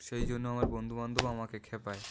সেই জন্য আমার বন্ধুবান্ধব আমাকে খেপায়